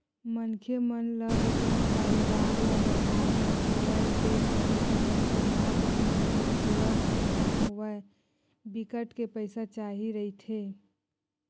मनखे मन ल अपन कारोबार ल बड़हाय बर होवय ते कोनो किसम के नवा बिजनेस के खोलब म होवय बिकट के पइसा चाही रहिथे